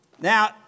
Now